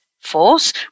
force